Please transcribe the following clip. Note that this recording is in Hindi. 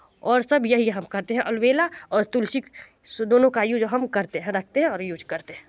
और सब यही हम करते हैं अलबेला और तुलसी दोनों का यूज हम करते हैं रखते हैं और यूज करते हैं